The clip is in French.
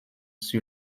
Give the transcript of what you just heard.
sur